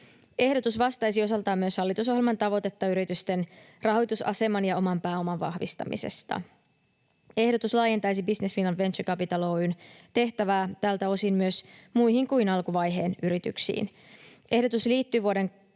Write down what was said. Ehdotus vastaisi osaltaan myös hallitusohjelman tavoitetta yritysten rahoitusaseman ja oman pääoman vahvistamisesta. Ehdotus laajentaisi Business Finland Venture Capital Oy:n tehtävää tältä osin myös muihin kuin alkuvaiheen yrityksiin. Ehdotus liittyy vuoden